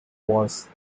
was